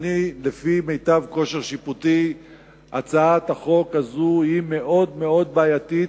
לפי מיטב כושר שיפוטי הצעת החוק הזאת היא מאוד-מאוד בעייתית